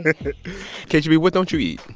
ah k g b, what don't you eat?